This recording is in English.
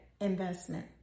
investment